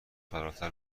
فراتر